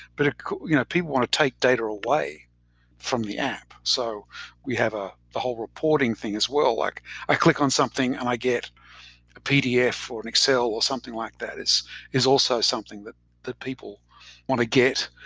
but ah you know people want to take data away from the app. so we have ah a whole reporting thing as well like i click on something and i get a pdf, or an excel, or something like that is is also something that that people want to get.